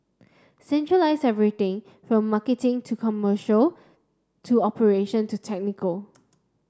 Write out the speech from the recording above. centralize everything from marketing to commercial to operation to technical